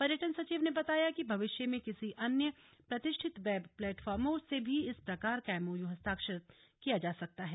पर्यटन सचिव ने बताया कि भविष्य में किसी अन्य प्रतिष्ठत वेब प्लेटफार्मों से भी इस प्रकार का एमओयू हस्ताक्षर किया जा सकता है